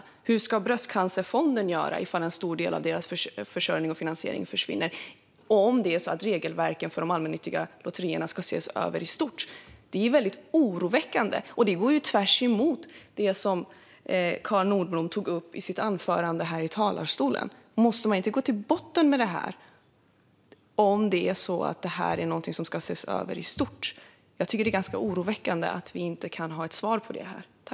Och hur ska Bröstcancerfonden göra om en stor del av dess finansiering försvinner om regelverket för de allmännyttiga lotterierna ska ses över i stort? Detta är oroväckande och går på tvärs mot det Carl Nordblom tog upp i sitt anförande. Måste man inte gå till botten med detta om det här ska ses över i stort? Det är oroväckande att vi inte får ett svar på detta.